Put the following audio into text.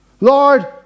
Lord